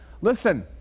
listen